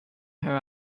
her